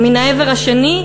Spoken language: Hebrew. ומן העבר השני,